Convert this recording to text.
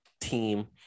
team